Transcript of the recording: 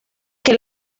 que